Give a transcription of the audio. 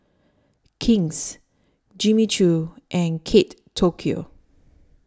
King's Jimmy Choo and Kate Tokyo